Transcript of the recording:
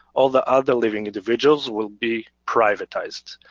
all the other living individuals will be privatized.